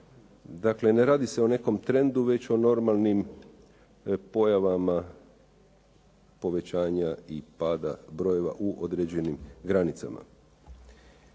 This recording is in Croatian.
Dakle, ne radi se o nekom trendu već o normalnim pojavama povećanja i pada brojeva u određenim granicama.